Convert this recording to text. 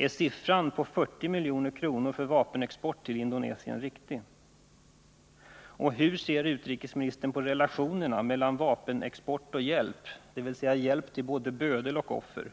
Är siffran 40 milj.kr. för vapenexport till Indonesien riktig? Hur ser utrikesministern på relationerna mellan vapenexport och hjälp, dvs. hjälp till både bödel och offer med